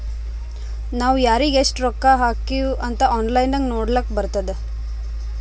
ನಾವ್ ಯಾರಿಗ್ ಎಷ್ಟ ರೊಕ್ಕಾ ಹಾಕಿವ್ ಅಂತ್ ಆನ್ಲೈನ್ ನಾಗ್ ನೋಡ್ಲಕ್ ಬರ್ತುದ್